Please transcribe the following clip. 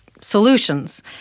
solutions